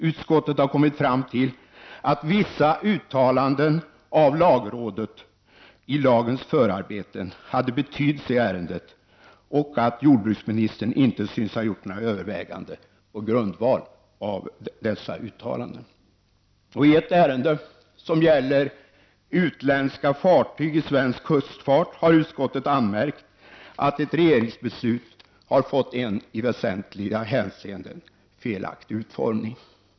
Utskottet har kommit fram till att vissa uttalanden av lagrådet i lagens förarbeten hade betydelse i ärendet och att jordbruksministern inte synes ha gjort några överväganden på grundval av dessa uttalanden. I ett ärende som gäller utländska fartyg i svensk kustfart har utskottet anmärkt att ett regeringsbeslut har fått en i väsentliga hänseenden felaktig utformning.